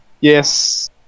Yes